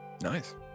Nice